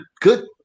good